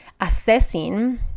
assessing